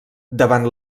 davant